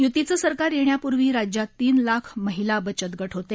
य्तीचं सरकार येण्याप्र्वी राज्यात तीन लाख महिला बचत गट होते